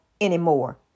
anymore